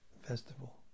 festival